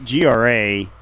GRA